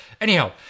Anyhow